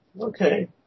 Okay